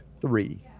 three